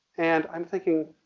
and i'm thinking,